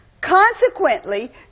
Consequently